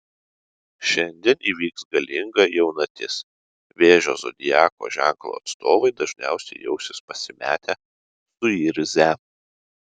šiandien įvyks galinga jaunatis vėžio zodiako ženklo atstovai dažniau jausis pasimetę suirzę